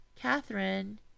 Catherine